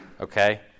okay